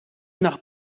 nach